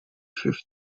fifth